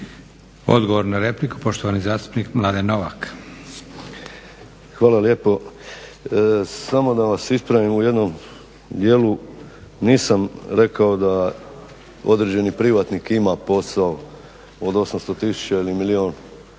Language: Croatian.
(Hrvatski laburisti - Stranka rada)** Hvala lijepo. Samo da vas ispravim u jednom dijelu. Nisam rekao da određeni privatnik ima posao od 800 000 ili milijun